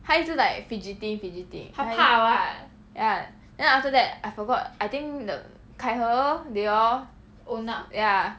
她一直 like fidgeting fidgeting then ya then after that I forgot I think the kai he they all own up